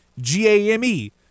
G-A-M-E